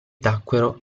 tacquero